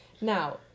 Now